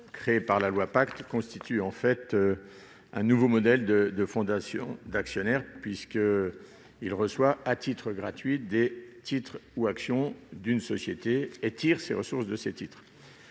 créé par la loi Pacte, constitue en fait un nouveau modèle de fondation d'actionnaires, puisqu'il reçoit à titre gratuit des titres ou actions d'une société et tire ses ressources de ces titres.